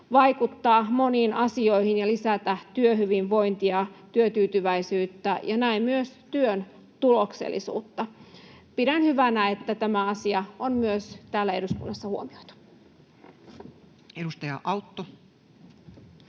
vaikuttaa moniin asioihin ja lisätä työhyvinvointia, työtyytyväisyyttä ja näin myös työn tuloksellisuutta. Pidän hyvänä, että tämä asia on myös täällä eduskunnassa huomioitu. Edustaja Autto.